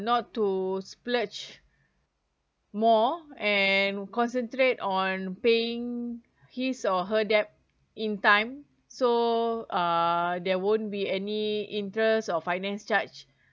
not to splurge more and concentrate on paying his or her debt in time so uh they won't be any interest or finance charge